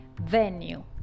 Venue